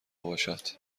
باشد